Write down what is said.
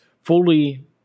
fully